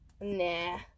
Nah